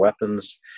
weapons